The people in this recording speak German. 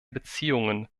beziehungen